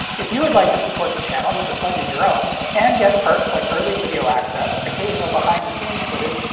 if you would like to support the channel with a pledge of your own, and get perks like early video access, occasional behind-the-scenes footage,